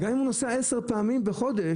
גם אם הוא נוסע 10 פעמים בחודש,